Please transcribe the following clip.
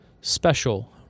special